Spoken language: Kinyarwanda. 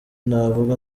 navuga